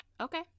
okay